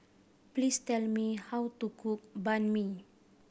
please tell me how to cook Banh Mi